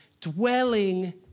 dwelling